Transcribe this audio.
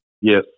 Yes